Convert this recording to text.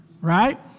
right